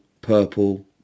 purple